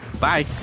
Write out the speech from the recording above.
Bye